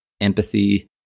empathy